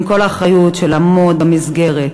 עם כל האחריות של לעמוד במסגרת,